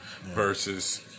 versus